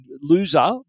loser